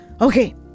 okay